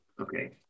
Okay